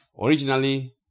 originally